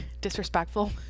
disrespectful